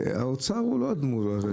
האוצר הוא לא הדמות.